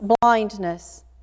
blindness